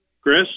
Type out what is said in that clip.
Chris